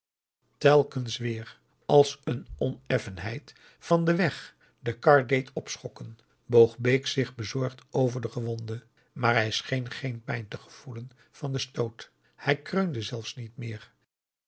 telkens weer als een oneffenheid van den weg de kar deed opschokken boog bake zich bezorgd over den gewonde maar hij scheen geen pijn te gevoelen van den stoot hij kreunde zelfs niet meer